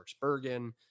Bergen